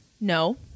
no